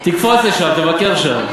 תקפוץ לשם, תבקר שם.